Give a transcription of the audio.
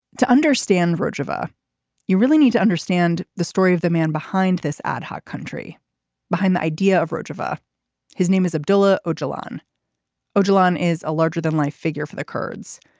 to understand rojava you really need to understand the story of the man behind this ad hoc country behind the idea of rojava his name is abdullah ah jalan ah jalan is a larger than life figure for the kurds.